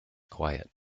quiet